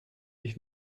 ich